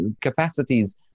capacities